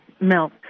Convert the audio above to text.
milk